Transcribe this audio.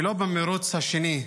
ולא במרוץ השני,